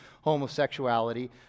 homosexuality